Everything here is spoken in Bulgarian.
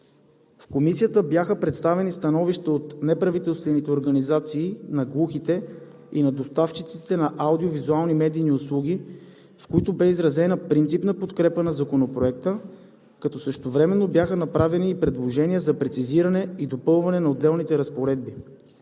В Комисията бяха представени становища от неправителствени организации на глухите и на доставчиците на аудио-визуални медийни услуги, в които бе изразена принципна подкрепа на Законопроекта, като същевременно бяха направени и предложения за прецизиране и допълване на отделни разпоредби.